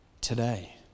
today